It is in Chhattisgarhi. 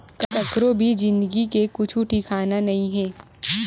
कखरो भी जिनगी के कुछु ठिकाना नइ हे